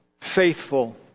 faithful